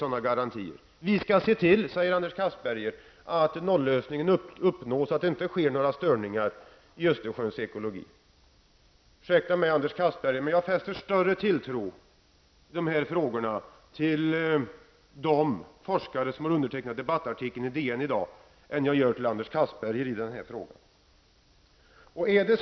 Anders Castberger sade att man skall se till att nolllösningen uppnås så att det inte blir några störningar i Östersjöns ekologi. Ursäkta mig, Anders Castberger, men jag fäster större tilltro till de forskare som har undertecknat debattartikeln i Dagens Nyheter än vad jag gör till Anders Castberger när det gäller denna fråga.